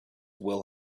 will